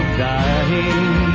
dying